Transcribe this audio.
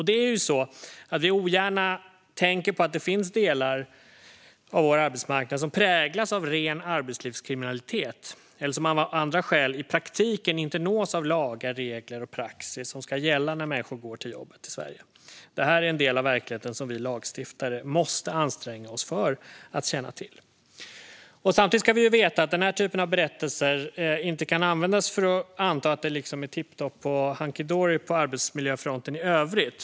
Det är ju så att vi ogärna tänker på att det finns delar av vår arbetsmarknad som präglas av ren arbetslivskriminalitet eller som av andra skäl i praktiken inte nås av lagar, regler och praxis som ska gälla när människor går till jobbet i Sverige. Detta är en del av verkligheten som vi lagstiftare måste anstränga oss för att känna till. Samtidigt ska vi veta att denna typ av berättelser inte kan användas för att anta att det liksom är tipptopp och hunky-dory på arbetsmiljöfronten i övrigt.